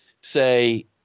say